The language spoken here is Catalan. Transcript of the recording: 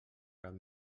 cap